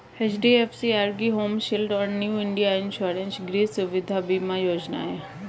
HDFC ergo home shield और new India insurance गृह सुविधा बीमा योजनाएं हैं